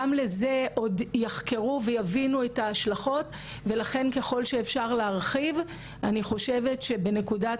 וזה מתייחס לסעיף 8.א. אנחנו ב-105 פועלים להסרת תוכן,